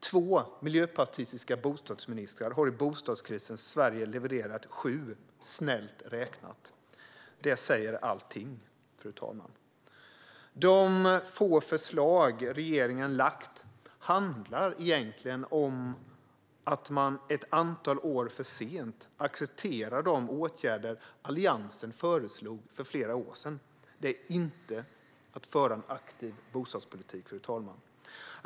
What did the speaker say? Två miljöpartistiska bostadsministrar har i bostadskrisens Sverige levererat sju propositioner, snällt räknat. Det säger allt, fru talman. De få förslag regeringen har lagt fram handlar egentligen om att man ett antal år för sent accepterar de åtgärder Alliansen föreslog för flera år sedan. Det är inte att föra en aktiv bostadspolitik, fru talman.